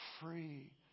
free